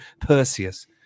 Perseus